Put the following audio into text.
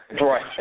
Right